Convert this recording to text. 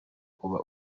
uba